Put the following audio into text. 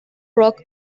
rock